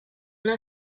una